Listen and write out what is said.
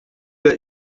est